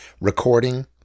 Recording